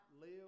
live